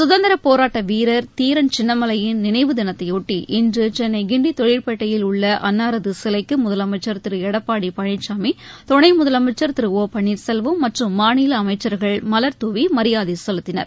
சுதந்திரப் போராட்ட வீரர் தீரன் சின்னமலையின் நினைவு தினத்தையொட்டி இன்று சென்னை கிண்டி தொழிற்பேட்டையில் உள்ள அன்னாரது சிலைக்கு முதலமைச்சர் திரு எடப்பாடி பழனிசாமி துணை முதலமைச்சர் திரு இ பன்னீர்செல்வம் மற்றும் மாநில அமைச்சர்கள் மலர்தூவி மரியாதை செலுத்தினர்